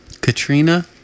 Katrina